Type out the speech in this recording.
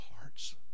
hearts